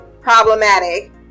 problematic